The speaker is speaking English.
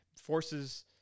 forces